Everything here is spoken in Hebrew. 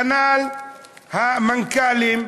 כנ"ל המנכ"לים,